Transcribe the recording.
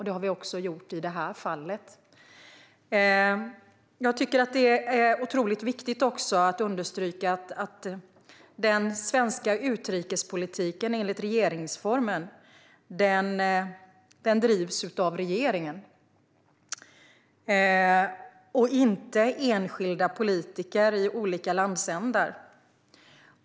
Det har vi också gjort i det här fallet. Det är också viktigt att understryka att den svenska utrikespolitiken, enligt regeringsformen, drivs av regeringen och inte av enskilda politiker i olika landsändar.